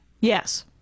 Yes